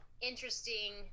interesting